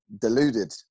deluded